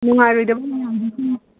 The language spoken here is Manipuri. ꯅꯨꯡꯉꯥꯏꯔꯣꯏꯗꯕ ꯃꯌꯥꯝꯗꯣ ꯁꯨꯝ